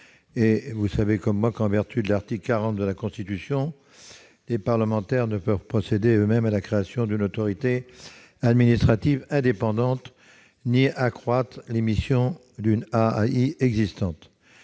et solidaire. En vertu de l'article 40 de la Constitution, les parlementaires ne peuvent procéder eux-mêmes à la création d'une Autorité administrative indépendante ni accroître les missions d'une AAI existante.